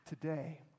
today